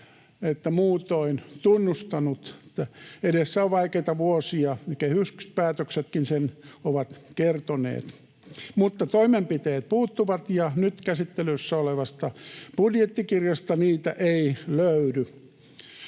että muutoin tunnustanut, että edessä on vaikeita vuosia. Kehyspäätöksetkin sen ovat kertoneet. Mutta toimenpiteet puuttuvat, ja nyt käsittelyssä olevasta budjettikirjasta niitä ei löydy.